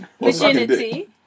virginity